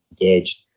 engaged